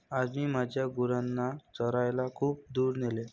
आज मी माझ्या गुरांना चरायला खूप दूर नेले